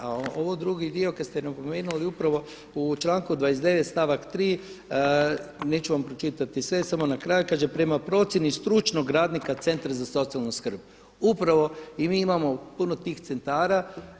A ovo drugi dio kad ste napomenuli upravo u članku 29. stavak 3. neću vam pročitati sve, samo na kraju kaže: „Prema procjeni stručnog radnika Centra za socijalnu skrb.“ Upravo i mi imamo puno tih centara.